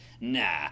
Nah